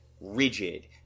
rigid